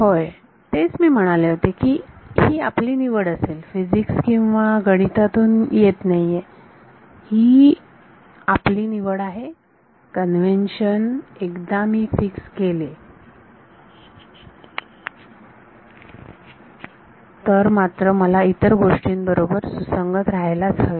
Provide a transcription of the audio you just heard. होय तेच मी म्हणाले होते की ही आपली निवड असेल फिजीक्स किंवा गणितातून येत नाहीये ही आपली निवड आहे कन्व्हेन्शन एकदा मी फिक्स केले तर मात्र मला इतर गोष्टींबरोबर सुसंगत राहायलाच हवे